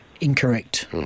Incorrect